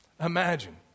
Imagine